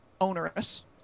onerous